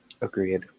Agreed